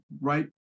right